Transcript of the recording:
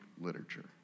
literature